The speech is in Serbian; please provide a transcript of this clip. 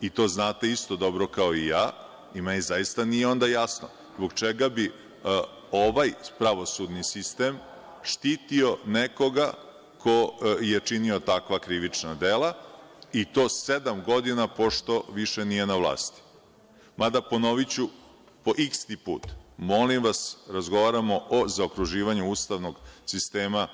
i to znate isto dobro, kao i ja, i meni zaista nije jasno zbog čega bi ovaj pravosudni sistem štitio nekoga ko je činio takva krivična dela i to sedam godina pošto više nije na vlasti, mada, ponoviću po iksti put, molim vas, razgovaramo o zaokruživanju ustavnog sistema